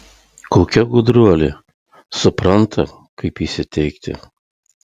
kokia gudruolė supranta kaip įsiteikti